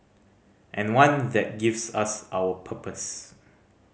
and one that gives us our purpose